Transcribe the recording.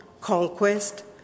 conquest